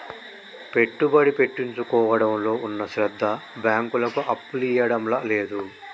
పెట్టుబడి పెట్టించుకోవడంలో ఉన్న శ్రద్ద బాంకులకు అప్పులియ్యడంల లేదు